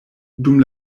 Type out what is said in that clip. dum